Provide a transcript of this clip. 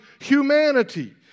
Humanity